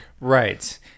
right